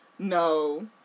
No